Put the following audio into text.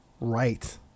right